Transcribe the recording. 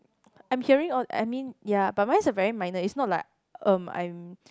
I'm hearing all I mean ya but mine are very minor it's not like um I'm